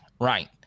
Right